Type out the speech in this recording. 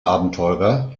abenteurer